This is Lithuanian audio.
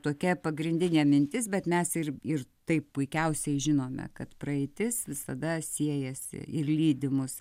tokia pagrindinė mintis bet mes ir ir taip puikiausiai žinome kad praeitis visada siejasi ir lydi mus